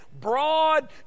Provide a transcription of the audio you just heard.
broad